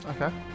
okay